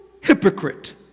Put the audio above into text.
hypocrite